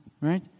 right